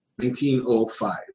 1905